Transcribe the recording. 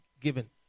given